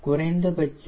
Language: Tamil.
குறைந்தபட்ச ஆர்